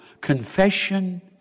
Confession